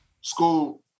School